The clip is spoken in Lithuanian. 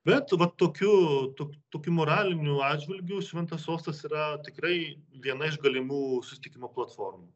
bet va tokiu tok tokiu moraliniu atžvilgiu šventas sostas yra tikrai viena iš galimų susitikimo platformų